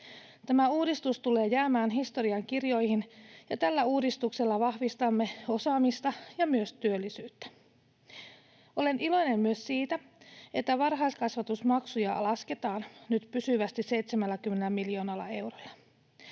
Tämä uudistus tulee jäämään historiankirjoihin, ja tällä uudistuksella vahvistamme osaamista ja myös työllisyyttä. Olen iloinen myös siitä, että varhaiskasvatusmaksuja lasketaan nyt pysyvästi 70 miljoonalla eurolla.